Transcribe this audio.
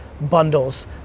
bundles